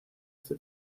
este